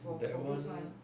that [one]